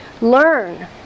learn